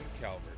Calvert